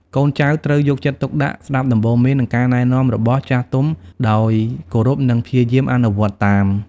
កូនចៅត្រូវ យកចិត្តទុកដាក់ស្ដាប់ដំបូន្មាន និងការណែនាំរបស់ចាស់ទុំដោយគោរព និងព្យាយាមអនុវត្តតាម។